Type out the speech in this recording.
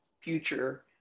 future